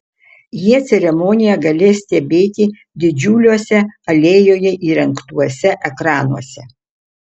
jie ceremoniją galės stebėti didžiuliuose alėjoje įrengtuose ekranuose